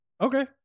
okay